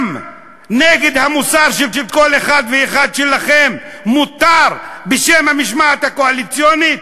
גם נגד המוסר של כל אחד ואחד מכם מותר בשם המשמעת הקואליציונית?